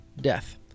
Death